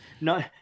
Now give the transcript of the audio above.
no